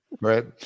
right